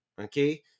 Okay